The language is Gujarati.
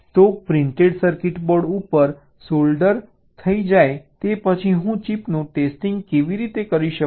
તો પ્રિન્ટેડ સર્કિટ બોર્ડ ઉપર સોલ્ડર થઈ જાય તે પછી હું ચિપનું ટેસ્ટિંગ કેવી રીતે કરી શકું